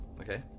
Okay